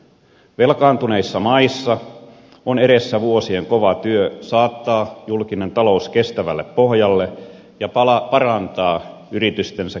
velkaantuneissa maissa on edessä vuosien kova työ saattaa julkinen talous kestävälle pohjalle ja parantaa yritysten kilpailukykyä